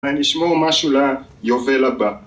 אולי נשמור משהו ליובל הבא